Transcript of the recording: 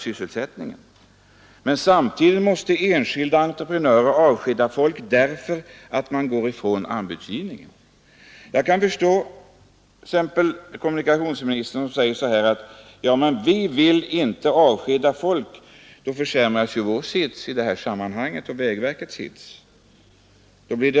Men samtidigt måste enskilda entreprenörer avskeda folk, på grund av att det inte sker någon anbudsgivning.